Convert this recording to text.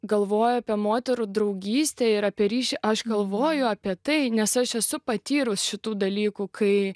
galvoju apie moterų draugystę ir apie ryšį aš galvoju apie tai nes aš esu patyrus šitų dalykų kai